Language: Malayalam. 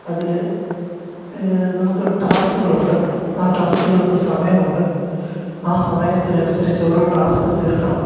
അതിൽ നമുക്ക് ടാസ്ക്കുകളുണ്ട് ആ ടാസ്ക്കുകൾക്ക് സമയമുണ്ട് ആ സമയത്തിന് അനുസരിച്ചു ഓരോ ടാസ്കും തീര്ക്കണം